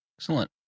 Excellent